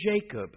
Jacob